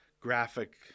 graphic